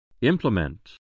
Implement